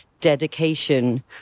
dedication